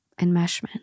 Enmeshment